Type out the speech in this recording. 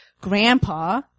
grandpa